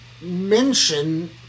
mention